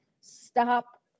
stop